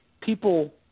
people